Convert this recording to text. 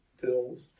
pills